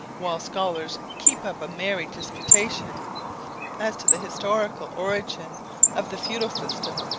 while scholars keep up a merry disputation as to the historical origin of the feudal system,